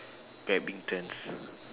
badminton